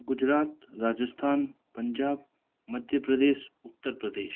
Gujarat Rajasthan Punjab Madhya Pradesh Uttar Pradesh